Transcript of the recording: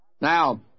Now